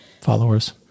Followers